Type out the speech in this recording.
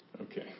Okay